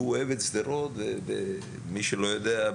והוא אוהב את שדרות מי שלא יודע,